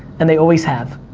and they always have,